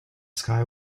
sky